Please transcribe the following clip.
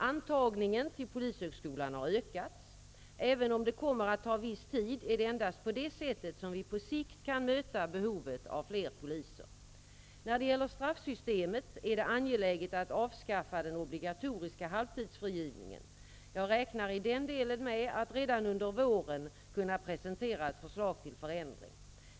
Antagningen till polishögskolan har ökats. Även om det kommer att ta viss tid är det endast på det sättet som vi på sikt kan möta behovet av fler poliser. När det gäller straffsystemet är det angeläget att avskaffa den obligatoriska halvtidsfrigivningen. Jag räknar i den delen med att redan under våren kunna presentera ett förslag till förändring.